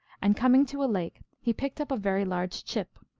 and, coming to a lake, he picked up a very large chip,